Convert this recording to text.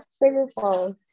beautiful